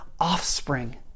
offspring